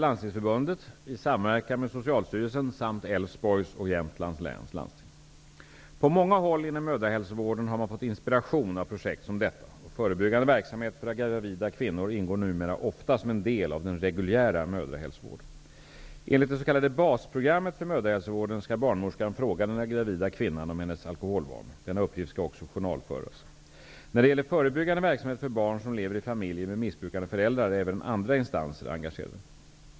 På många håll inom mödrahälsovården har man fått inspiration av projekt som detta, och förebyggande verksamhet för gravida kvinnor ingår numera ofta som en del av den reguljära mödrahälsovården. Enligt det s.k. basprogrammet för mödrahälsovården skall barnmorskan fråga den gravida kvinnan om hennes alkoholvanor. Denna uppgift skall också journalföras. När det gäller förebyggande verksamhet för barn som lever i familjer med missbrukande föräldrar är även andra instanser engagerade.